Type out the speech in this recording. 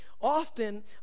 often